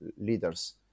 leaders